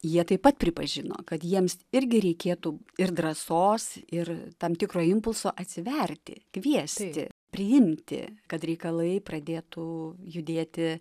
jie taip pat pripažino kad jiems irgi reikėtų ir drąsos ir tam tikro impulso atsiverti kviesti priimti kad reikalai pradėtų judėti